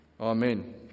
amen